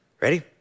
Ready